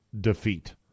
defeat